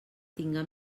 tinga